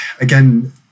again